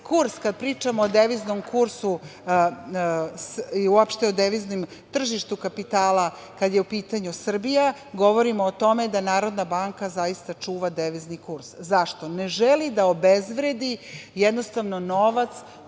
kurs, kada pričamo o deviznom kursu i uopšte o tržištu kapitala kada je u pitanju Srbija, govorimo o tome da Narodna banka zaista čuva devizni kurs. Zašto? Ne želi da obezvredi jednostavno novac